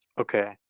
okay